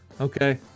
okay